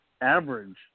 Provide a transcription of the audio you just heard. average